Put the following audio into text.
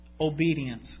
obedience